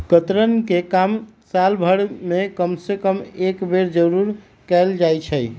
कतरन के काम साल भर में कम से कम एक बेर जरूर कयल जाई छै